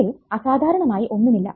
അതിൽ അസാധാരണമായി ഒന്നുമില്ല